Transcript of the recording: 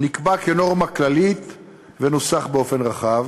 נקבע כנורמה כללית ונוסח באופן רחב,